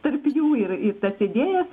tarp jų ir ir tas idėjas